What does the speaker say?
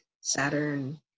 Saturn